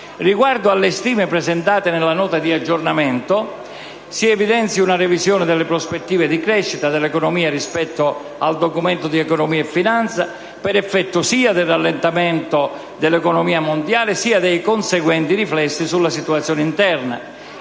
Riguardo alle stime presentate nella Nota di aggiornamento, si evidenzia una revisione delle prospettive di crescita dell'economia rispetto al DEF, per effetto sia del rallentamento dell'economia mondiale sia dei conseguenti riflessi sulla situazione interna.